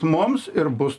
mums ir bus